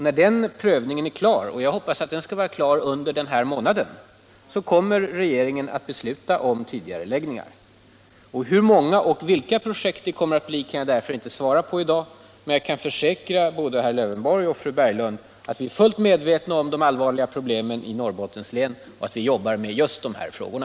När den prövningen är klar — och jag hoppas att den skall bli färdig under denna månad - kommer regeringen att besluta om tidigareläggningar. Hur många och vilka projekt det kommer att bli kan jag därför inte svara på i dag. Men jag kan försäkra både herr Lövenborg och fru Berglund att vi är fullt medvetna om de allvarliga problemen i Norrbottens län och att vi jobbar med just de frågorna.